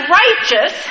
righteous